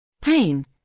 Pain